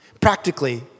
Practically